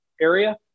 area